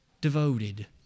devoted